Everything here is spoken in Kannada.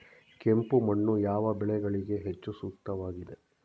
ಕೆಂಪು ಮಣ್ಣು ಯಾವ ಬೆಳೆಗಳಿಗೆ ಹೆಚ್ಚು ಸೂಕ್ತವಾಗಿದೆ?